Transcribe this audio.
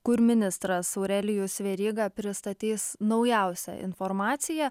kur ministras aurelijus veryga pristatys naujausią informaciją